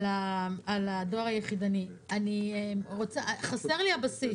לגבי הדואר היחידני חסר לי הבסיס.